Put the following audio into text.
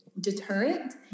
deterrent